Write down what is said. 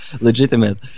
legitimate